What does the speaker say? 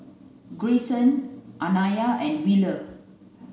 Grayson Anaya and Wheeler